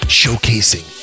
showcasing